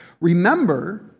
remember